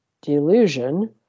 delusion